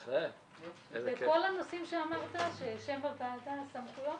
וכל הנושאים שאמרת שם הוועדה, סמכויות